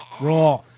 raw